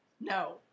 No